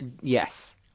Yes